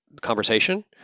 conversation